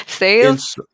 Sales